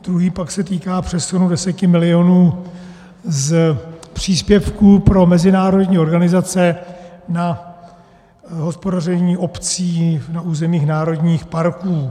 Druhý pak se týká přesunu 10 mil. z příspěvku pro mezinárodní organizace na hospodaření obcí na území národních parků.